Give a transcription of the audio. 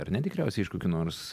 ar ne tikriausiai iš kokių nors